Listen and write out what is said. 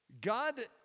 God